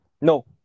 no